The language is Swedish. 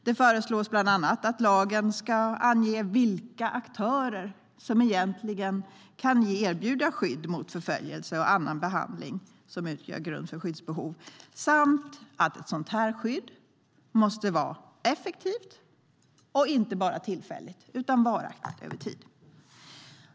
Det föreslås bland annat att lagen ska ange vilka aktörer som kan erbjuda skydd mot förföljelse och annan behandling som utgör grund för skyddsbehov samt att ett sådant skydd måste vara effektivt och inte bara tillfälligt utan varaktigt över tid.